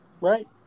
right